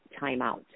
timeout